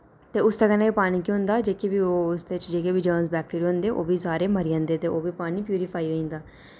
ते उसदे कन्नै बी पानी केह् होंदा जेह्की बी ओह् उसदे च जेह्के बी जर्म बैक्टीरिया होंदे ओह् बी सारे मरी जंदे ते ओह् बी पानी प्यूरीफाई होई जंदा